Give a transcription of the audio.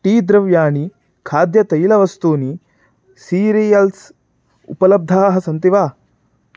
T द्रव्याणि खाद्यतैलवस्तूनि cereals उपलब्धाः सन्ति वा